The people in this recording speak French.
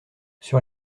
sur